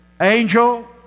angel